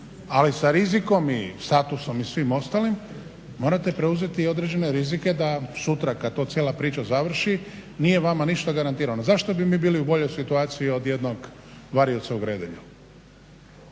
ali sa rizikom i statusom i svim ostalim morate preuzeti određene rizike da sutra kada ta cijela priča završi nije vama ništa garantirano. Zašto mi bili u boljoj situaciji od jednog varioca u Gredelju?